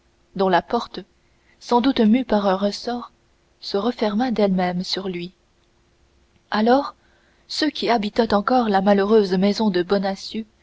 dont la porte sans doute mue par un ressort se referma d'elle-même sur lui alors ceux qui habitaient encore la malheureuse maison de bonacieux